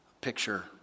picture